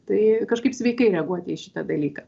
tai kažkaip sveikai reaguoti į šitą dalyką